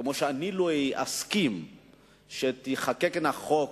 שכמו שאני לא אסכים שייחקק חוק